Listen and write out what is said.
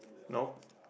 no